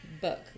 book